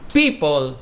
people